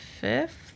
fifth